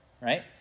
right